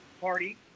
Party